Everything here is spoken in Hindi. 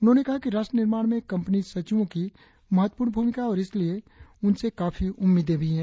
उन्होंने कहा कि राष्ट्र निर्माण में कंपनी सचिवों की महत्वपूर्ण भूमिका है और इसलिए उनसे काफी उम्मीदें भी है